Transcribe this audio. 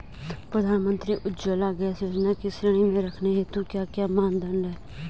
प्रधानमंत्री उज्जवला गैस योजना की श्रेणी में रखने हेतु क्या क्या मानदंड है?